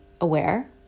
aware